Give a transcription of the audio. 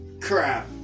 crap